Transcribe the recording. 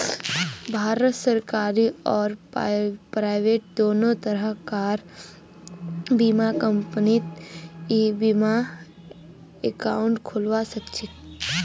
भारतत सरकारी आर प्राइवेट दोनों तरह कार बीमा कंपनीत ई बीमा एकाउंट खोलवा सखछी